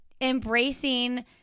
embracing